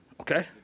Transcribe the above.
okay